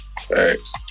Thanks